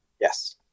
yes